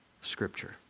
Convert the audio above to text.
Scripture